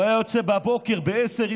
הוא היה יוצא בבוקר ב-10:00,